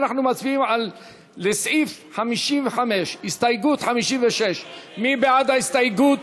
אנחנו מצביעים על הסתייגות 56 לסעיף 55. מי בעד ההסתייגות?